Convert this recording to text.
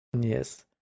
Yes